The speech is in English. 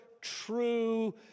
true